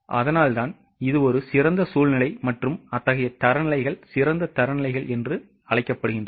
அதனால்தான் இது ஒரு சிறந்த சூழ்நிலை மற்றும் அத்தகைய தரநிலைகள் சிறந்த தரநிலைகள் என்று அழைக்கப்படுகின்றன